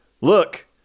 look